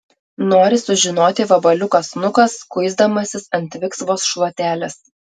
nori sužinoti vabaliukas nukas kuisdamasis ant viksvos šluotelės